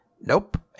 nope